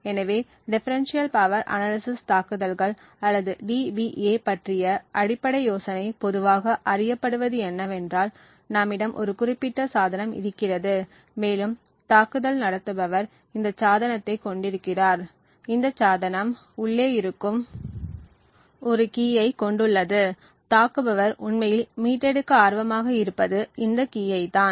எனவே differential power analysis தாக்குதல்கள் அல்லது டிபிஏ பற்றிய அடிப்படை யோசனை பொதுவாக அறியப்படுவது என்னவென்றால் நம்மிடம் ஒரு குறிப்பிட்ட சாதனம் இருக்கிறது மேலும் தாக்குதல் நடத்துபவர் இந்தச் சாதனத்தைக் கொண்டிருக்கிறார் இந்த சாதனம் உள்ளே இருக்கும் ஒரு கீயைக் கொண்டுள்ளது தாக்குபவர் உண்மையில் மீட்டெடுக்க ஆர்வமாக இருப்பது இந்த கீயை தான்